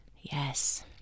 Yes